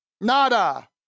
Nada